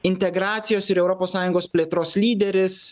integracijos ir europos sąjungos plėtros lyderis